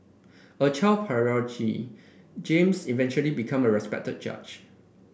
a child prodigy James eventually become a respected judge